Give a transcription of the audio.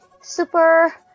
super